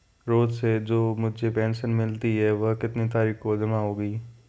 रोज़ से जो मुझे पेंशन मिलती है वह कितनी तारीख को जमा होगी?